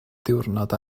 diwrnod